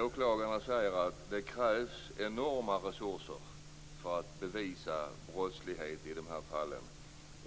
Åklagarna säger att det krävs enorma resurser för att bevisa brottslighet i de här fallen.